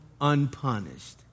unpunished